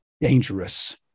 dangerous